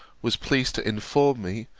was pleased to inform me,